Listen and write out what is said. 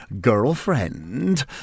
girlfriend